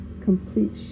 complete